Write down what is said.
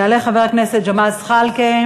יעלה חבר הכנסת ג'מאל זחאלקה,